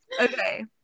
Okay